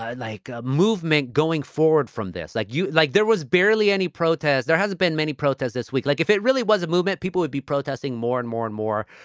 ah like a movement going forward from this. like you. like there was barely any protest. there hasn't been many protest this week. like if it really was a movement, people would be protesting more and more and more.